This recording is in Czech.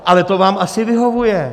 Ale to vám asi vyhovuje?